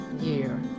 year